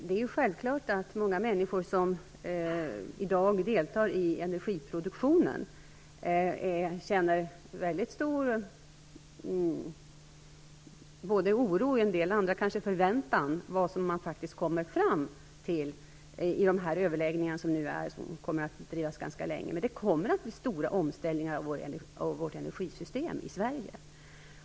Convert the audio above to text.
Herr talman! Många människor som i dag deltar i energiproduktionen känner självfallet väldigt stor oro - och andra kanske förväntan - inför vad man faktiskt kommer fram till i de överläggningar som skall pågå ganska länge. Det kommer att bli stora omställningar av vårt energisystem i Sverige.